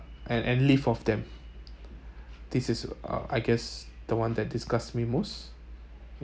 and and live off them this is uh I guess the one that disgusts me most